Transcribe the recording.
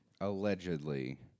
allegedly